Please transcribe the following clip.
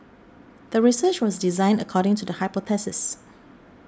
the research was designed according to the hypothesis